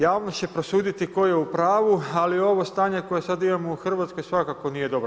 Javnost će prosuditi tko je u pravu, ali ovo stanje koje sada imamo u Hrvatskoj svakako nije dobro.